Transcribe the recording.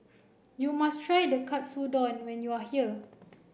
you must try the Katsudon when you are here